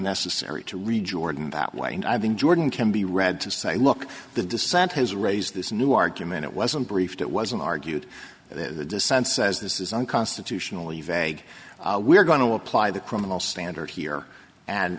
necessary to rejoin word in that way and i've been jordan can be read to say look the dissent has raised this new argument it wasn't briefed it wasn't argued that the dissent says this is unconstitutionally vague we're going to apply the criminal standard here and